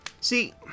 See